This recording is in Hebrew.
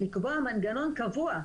לקבוע מנגנון קבוע,